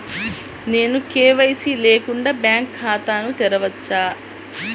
నేను కే.వై.సి లేకుండా బ్యాంక్ ఖాతాను తెరవవచ్చా?